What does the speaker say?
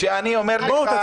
-- שאני אומר לך.